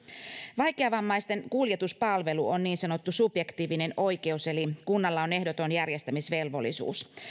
vaikeavammaisten kuljetuspalvelu on niin sanottu subjektiivinen oikeus eli kunnalla on ehdoton järjestämisvelvollisuus